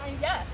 yes